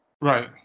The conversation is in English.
right